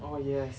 orh yes